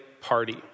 party